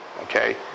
okay